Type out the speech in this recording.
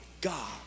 God